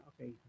okay